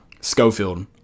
Schofield